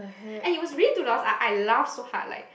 and it was really two dollar I I laugh so hard like